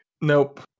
Nope